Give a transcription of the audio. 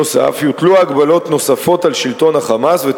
נוסף על כך יוטלו הגבלות נוספות על שלטון ה'חמאס'